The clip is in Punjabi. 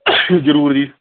ਜ਼ਰੂਰ ਜੀ